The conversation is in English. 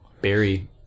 berry